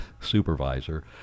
supervisor